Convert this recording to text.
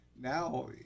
Now